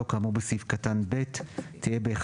כאמור בסעיף קטן (ב) תהיה בשל אי-מסוגלות פיזית או נפשית בלבד,